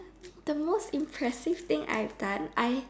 the most impressive thing I've done I